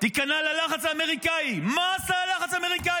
תיכנע ללחץ אמריקאי, מה עשה הלחץ האמריקאי?